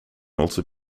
also